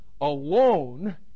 alone